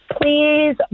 please